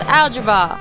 algebra